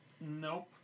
Nope